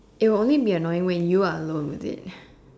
it will only be annoying when you are alone with it